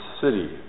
city